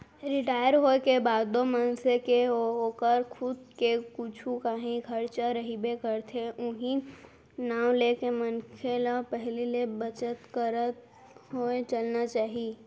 retire होए के बादो मनसे के ओकर खुद के कुछु कांही खरचा रहिबे करथे उहीं नांव लेके मनखे ल पहिली ले बचत करत होय चलना चाही